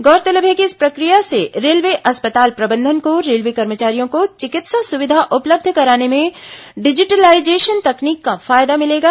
गौरतलब है कि इस प्रक्रिया से रेलवे अस्पताल प्रबंधन को रेलवे कर्मचारियों को चिकित्सा सुविधा उपलब्ध कराने में डिजिटलाइजेशन तकनीक का फायदा मिलेगा